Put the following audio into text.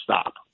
stop